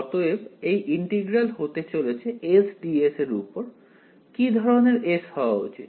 অতএব এই ইন্টিগ্রাল হতে চলেছে S ds এর উপর কি ধরনের S হওয়া উচিত